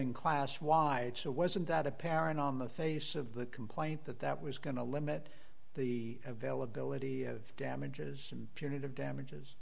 ing class why wasn't that apparent on the face of the complaint that that was going to limit the availability of damages